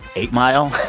eight mile.